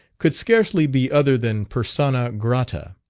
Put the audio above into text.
could scarcely be other than persona grata.